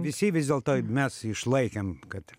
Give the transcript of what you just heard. visi vis dėlto mes išlaikėm kad